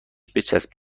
بچسب